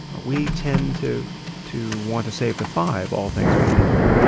ah we tend to to want to save the five, all things being equal.